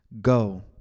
Go